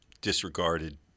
disregarded